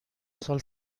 سال